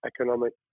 economic